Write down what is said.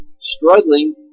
struggling